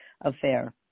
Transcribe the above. affair